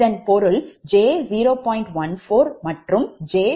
இதன் பொருள் 𝑗 0